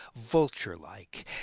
vulture-like